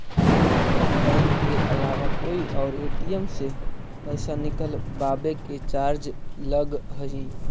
अपन बैंक के अलावा कोई और ए.टी.एम से पइसा निकलवावे के चार्ज लगऽ हइ